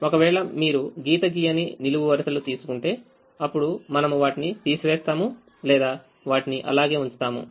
ఒకవేళ మీరు గీత గీయనినిలువు వరుసలు తీసుకుంటే అప్పుడు మనము వాటిని తీసి వేస్తాము లేదా వాటిని అలాగే ఉంచుతాము